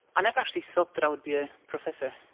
never actually thought that i would be a professor,